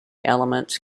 elements